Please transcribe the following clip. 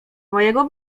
mojego